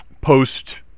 post